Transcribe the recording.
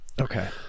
Okay